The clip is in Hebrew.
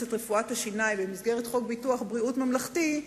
את רפואת השיניים למסגרת חוק ביטוח בריאות ממלכתי,